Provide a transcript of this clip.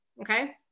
Okay